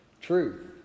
truth